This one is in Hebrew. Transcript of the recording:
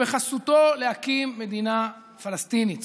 ובחסותו להקים מדינה פלסטינית.